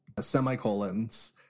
semicolons